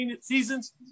seasons